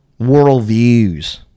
Worldviews